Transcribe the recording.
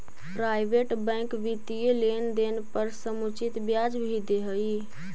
private bank वित्तीय लेनदेन पर समुचित ब्याज भी दे हइ